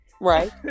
Right